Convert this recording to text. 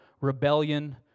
rebellion